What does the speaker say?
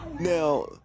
Now